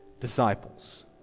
disciples